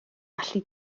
allu